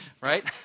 right